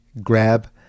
grab